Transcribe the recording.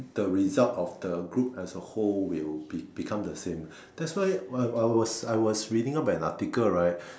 the result of the group as the whole will be~ become the same so that's why I was I was reading up an article right